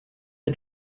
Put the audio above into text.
the